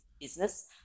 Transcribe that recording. business